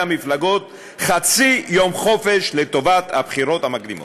המפלגות חצי יום חופשה לטובת הבחירות המקדימות.